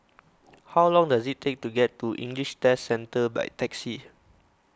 how long does it take to get to English Test Centre by taxi